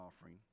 offering